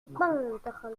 peindre